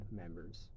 members